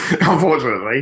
Unfortunately